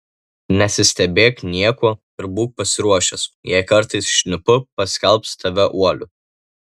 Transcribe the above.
nesistebėk niekuo ir būk pasiruošęs jei kartais šnipu paskelbs tave uoliu